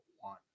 one